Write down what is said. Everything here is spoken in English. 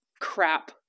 crap